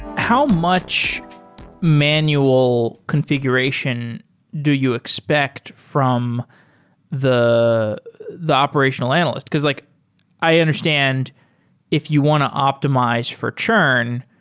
how much manual confi guration do you expect from the the operational analyst? because like i understand if you want to optimize for churn,